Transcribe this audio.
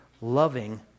loving